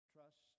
Trust